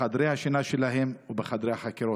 בחדרי השינה שלהם ובחדרי החקירות.